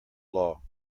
law